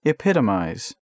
Epitomize